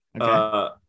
Okay